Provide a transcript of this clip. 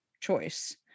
choice